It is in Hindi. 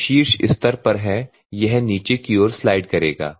जो शीर्ष स्तर पर हैं यह नीचे की ओर स्लाइड करेगा